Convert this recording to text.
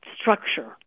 structure